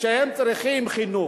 והם צריכים חינוך,